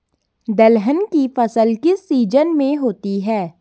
दलहन की फसल किस सीजन में होती है?